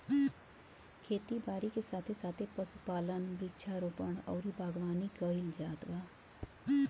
खेती बारी के साथे साथे पशुपालन, वृक्षारोपण अउरी बागवानी कईल जात बा